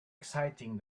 exciting